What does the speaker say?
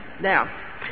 Now